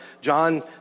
John